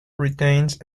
retains